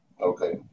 Okay